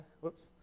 whoops